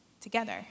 together